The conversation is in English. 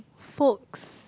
folks